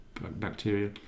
bacteria